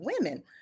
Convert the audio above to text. women